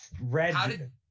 Red